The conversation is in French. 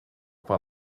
par